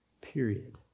period